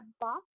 boss